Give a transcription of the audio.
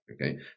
okay